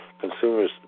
consumers